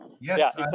Yes